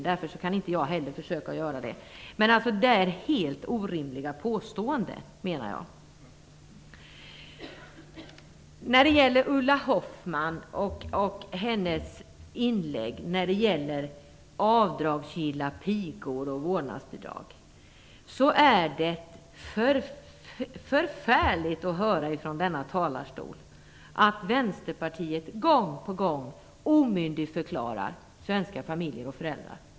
Därför skall inte heller jag försöka med det. Det är helt orimliga påståenden. Ulla Hoffmanns inlägg handlade om pigor och vårdnadsbidrag. Det är förfärligt att från denna talarstol höra att Vänsterpartiet gång på gång omyndigförklarar svenska familjer och föräldrar.